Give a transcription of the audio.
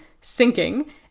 sinking